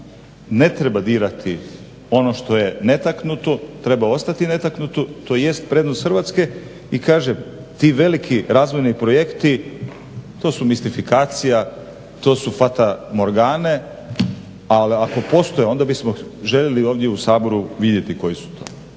ne treba dirati ono što je netaknuto, treba ostati netaknuto to i jest prednost Hrvatske. I kažem ti veliki razvojni projekti to su mistifikacija, to su fatamorgane, ali ako postoje onda bismo željeli ovdje u Saboru vidjeti koji su to.